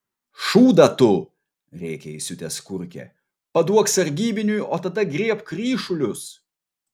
šūdą tu rėkia įsiutęs kurkė paduok sargybiniui o tada griebk ryšulius